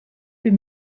bir